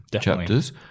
chapters